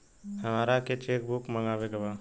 हमारा के cheque book मगावे के बा?